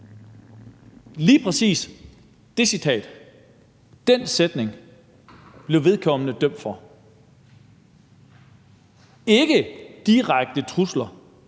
Lige præcis det citat, den sætning, blev vedkommende dømt for – ikke for direkte trusler,